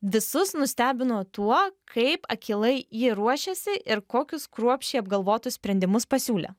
visus nustebino tuo kaip akylai ji ruošėsi ir kokius kruopščiai apgalvotus sprendimus pasiūlė